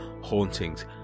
hauntings